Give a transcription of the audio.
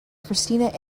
christina